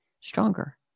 stronger